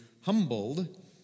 humbled